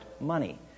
money